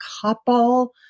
couple